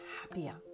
happier